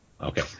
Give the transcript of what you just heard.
Okay